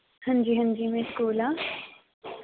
अंजी अंजी में स्कूल आं